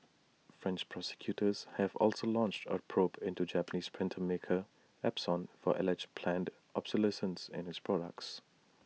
French prosecutors have also launched A probe into Japanese printer maker Epson for alleged planned obsolescence in its products